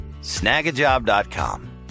Snagajob.com